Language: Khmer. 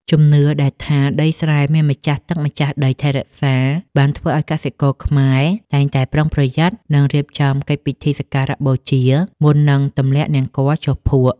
ជំនឿដែលថាដីស្រែមានម្ចាស់ទឹកម្ចាស់ដីថែរក្សា បានធ្វើឱ្យកសិករខ្មែរតែងតែប្រុងប្រយ័ត្ន និងរៀបចំកិច្ចពិធីសក្ការបូជាមុននឹងទម្លាក់នង្គ័លចុះភក់។